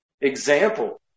Example